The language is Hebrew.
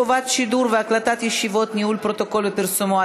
חובת שידור ישיבות והקלטתן וניהול פרוטוקול ופרסומו),